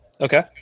Okay